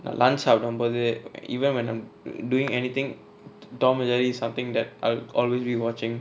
lunch uh சாபுடும்போது:saapudumpothu even when I'm doing anything tom and jerry is something that I will always be watching